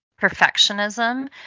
perfectionism